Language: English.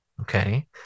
okay